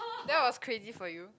that was crazy for you